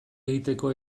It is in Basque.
egiteko